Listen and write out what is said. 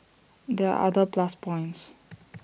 there are other plus points